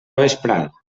vesprada